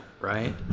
right